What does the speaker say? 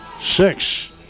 six